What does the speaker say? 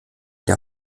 der